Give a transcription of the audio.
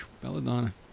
Belladonna